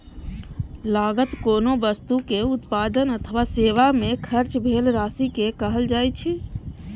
लागत कोनो वस्तुक उत्पादन अथवा सेवा मे खर्च भेल राशि कें कहल जाइ छै